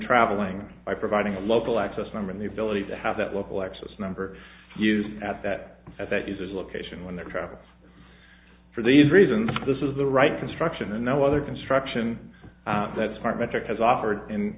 traveling by providing a local access number and the ability to have that local access number used at that at that users location when their travel for these reasons this is the right construction and no other construction that smartmatic has offered in